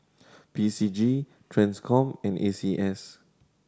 P C G Transcom and A C S